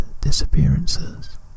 disappearances